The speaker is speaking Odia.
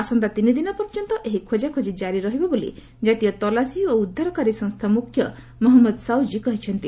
ଆସନ୍ତା ତିନିଦିନ ପର୍ଯ୍ୟନ୍ତ ଏହି ଖୋଜାଖୋଜି କାରି ରହିବ ବୋଲି ଜାତୀୟ ତଲାସି ଓ ଉଦ୍ଧାରକାରୀ ସଂସ୍ଥା ମୁଖ୍ୟ ମହମ୍ମଦ ସାଉଜି କହିଛନ୍ତି